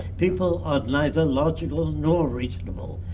people are neither logical nor reasonable.